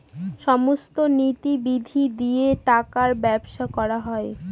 সমস্ত নীতি নিধি দিয়ে টাকার ব্যবসা করা হয়